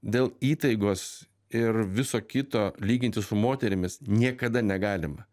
dėl įtaigos ir viso kito lygintis su moterimis niekada negalima